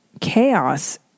chaos